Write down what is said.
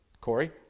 Corey